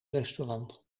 restaurant